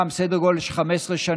סדר גודל של 15 שנה,